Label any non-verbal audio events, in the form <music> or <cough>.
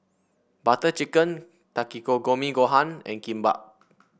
Butter Chicken <unintelligible> Gohan and Kimbap